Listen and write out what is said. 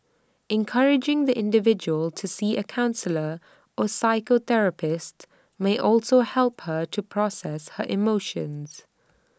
encouraging the individual to see A counsellor or psychotherapist may also help her to process her emotions